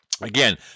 Again